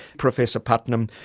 professor putnam,